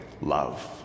love